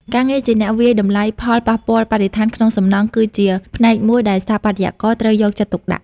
ការងារជាអ្នកវាយតម្លៃផលប៉ះពាល់បរិស្ថានក្នុងសំណង់ គឺជាផ្នែកមួយដែលស្ថាបត្យករត្រូវយកចិត្តទុកដាក់ខ្ពស់។